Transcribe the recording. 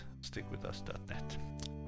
stickwithus.net